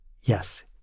yes